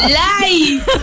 life